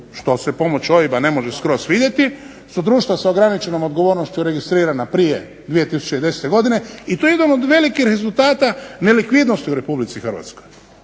što se pomoću OIB-a ne može skroz vidjeti su društva sa ograničenom odgovornošću registrirana prije 2010. godine i to je jedan od velikih rezultata nelikvidnosti u Republici Hrvatskoj.